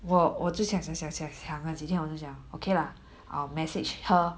我我之前想想想想了几天我就讲 okay lah I will message her